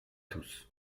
tous